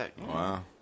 Wow